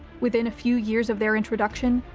within a few years of their introduction,